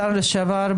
השר לשעבר,